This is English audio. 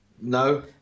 No